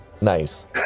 nice